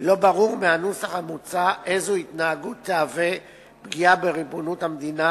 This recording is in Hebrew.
לא ברור מהנוסח המוצע איזו התנהגות תהווה פגיעה בריבונות המדינה,